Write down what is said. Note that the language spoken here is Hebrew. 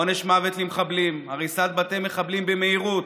עונש מוות למחבלים, הריסת בתי מחבלים במהירות,